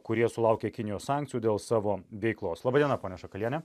kurie sulaukė kinijos sankcijų dėl savo veiklos laba diena ponia šakaliene